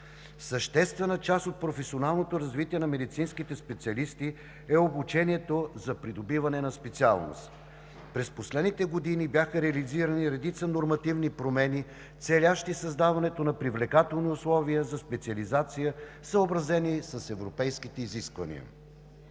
Съществена част от професионалното развитие на медицинските специалисти е обучението за придобиване на специалност. През последните години бяха реализирани редица нормативни промени, целящи създаването на привлекателни условия за специализация, съобразени с европейските изисквания.